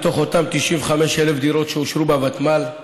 מתוך אותן 95,000 דירות שאושרו בוותמ"ל,